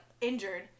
injured